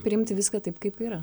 priimti viską taip kaip yra